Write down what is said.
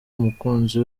umukunzi